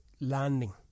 Landing